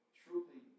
truly